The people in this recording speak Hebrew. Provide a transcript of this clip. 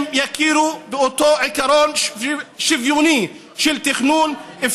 אם יכירו באותו עיקרון של תכנון שוויוני,